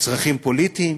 לצרכים פוליטיים